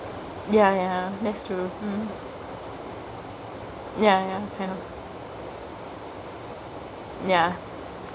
ya ya that's true ya ya kind of ya